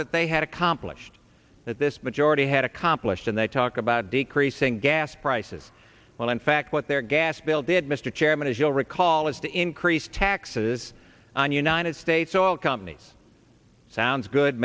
that they had accomplished that this majority had accomplished and they talk about decreasing gas prices well in fact what their gas bill did mr chairman as you'll recall is to increase taxes on united states all companies sounds good